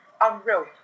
unreal